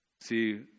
see